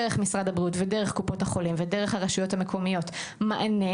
דרך משרד הבריאות ודרך קופות החולים ודרך הרשויות המקומיות מענה,